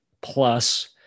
Plus